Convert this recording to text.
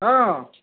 অঁ